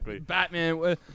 Batman